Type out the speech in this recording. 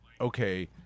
okay